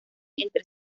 entre